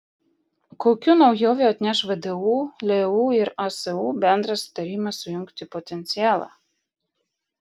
kokių naujovių atneš vdu leu ir asu bendras sutarimas sujungti potencialą